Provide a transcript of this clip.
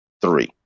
three